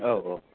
औ औ